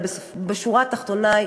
אבל בשורה התחתונה,